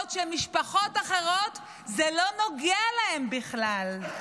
בעוד שמשפחות אחרות זה לא נוגע להן בכלל.